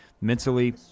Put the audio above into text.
mentally